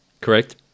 Correct